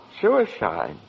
Suicide